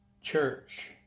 church